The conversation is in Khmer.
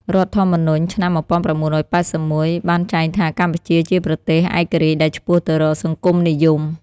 រដ្ឋធម្មនុញ្ញឆ្នាំ ១៩៨១ បានចែងថា កម្ពុជាជាប្រទេសឯករាជ្យដែលឆ្ពោះទៅរកសង្គមនិយម។